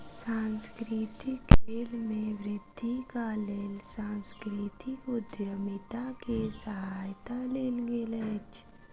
सांस्कृतिक खेल में वृद्धिक लेल सांस्कृतिक उद्यमिता के सहायता लेल गेल अछि